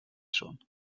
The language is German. schon